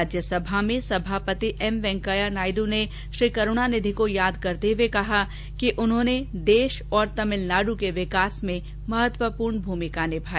राज्यसभा में सभापति एम वेंकैया नायडु ने श्री करूणानिधि को याद करते हुए कहा कि डॉ करूणानिधि ने देश और तमिलनाडु के विकास में महत्वपूर्ण भूमिका निभाई